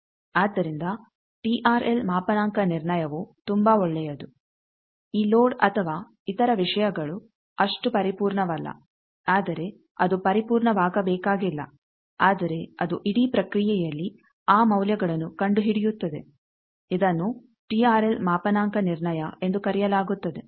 ಆದ್ದರಿಂದ ಟಿಆರ್ಎಲ್ ಮಾಪನಾಂಕ ನಿರ್ಣಯವು ತುಂಬಾ ಒಳ್ಳೆಯದು ಈ ಲೋಡ್ ಅಥವಾ ಇತರ ವಿಷಯಗಳು ಅಷ್ಟು ಪರಿಪೂರ್ಣವಲ್ಲ ಆದರೆ ಅದು ಪರಿಪೂರ್ಣವಾಗಬೇಕಾಗಿಲ್ಲ ಆದರೆ ಅದು ಇಡೀ ಪ್ರಕ್ರಿಯೆಯಲ್ಲಿ ಆ ಮೌಲ್ಯಗಳನ್ನು ಕಂಡುಹಿಡಿಯುತ್ತದೆ ಇದನ್ನು ಟಿಆರ್ಎಲ್ ಮಾಪನಾಂಕ ನಿರ್ಣಯ ಎಂದು ಕರೆಯಲಾಗುತ್ತದೆ